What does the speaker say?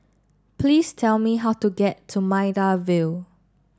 please tell me how to get to Maida Vale